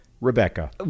Rebecca